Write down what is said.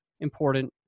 important